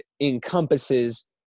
encompasses